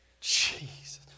Jesus